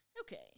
Okay